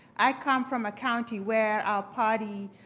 i come from a county where our party,